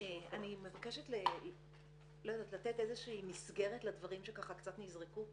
אני מבקשת לתת איזושהי מסגרת לדברים שקצת נזרקו פה,